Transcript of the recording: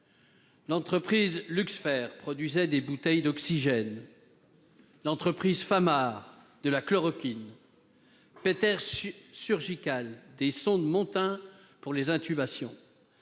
l'entreprise Luxfer produisait des bouteilles d'oxygène ; l'entreprise Famar, de la chloroquine ; Péters Surgical, des sondes de Montin pour les intubations